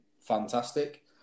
fantastic